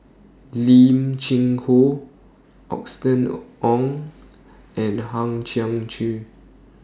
Lim Cheng Hoe Austen O Ong and Hang Chang Chieh